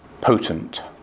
potent